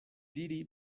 diri